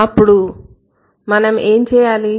అప్పుడు మనం ఏం చేయాలి